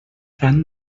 fan